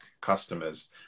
customers